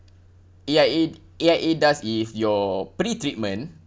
A_I_A A_I_A does if your pre-treatment